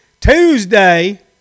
Tuesday